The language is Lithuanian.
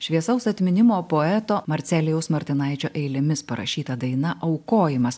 šviesaus atminimo poeto marcelijaus martinaičio eilėmis parašyta daina aukojimas